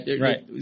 right